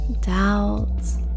doubts